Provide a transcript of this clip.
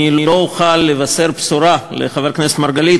אני לא אוכל לבשר בשורה לחבר הכנסת מרגלית.